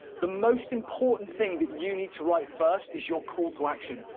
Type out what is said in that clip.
the most important thing that you need to write first is your call to action.